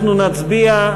אנחנו נצביע,